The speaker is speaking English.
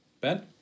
Ben